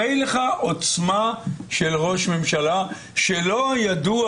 הרי לך עוצמה של ראש ממשלה שלא ידוע